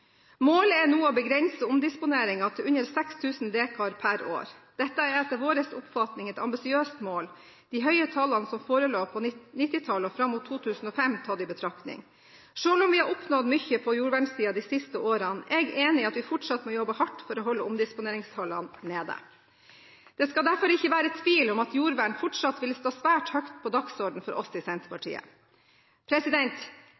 Målet er nå å begrense omdisponeringen til under 6 000 dekar per år. Dette er etter vår oppfatning et ambisiøst mål – de høye tallene som forelå på 1990-tallet og fram mot 2005 tatt i betraktning. Selv om vi har oppnådd mye på jordvernsiden de siste årene, er jeg enig i at vi fortsatt må jobbe hardt for å holde omdisponeringstallene nede. Det skal derfor ikke være tvil om at jordvern fortsatt vil stå svært høyt på dagsordenen for oss i